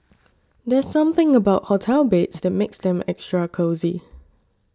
there's something about hotel beds that makes them extra cosy